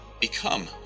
become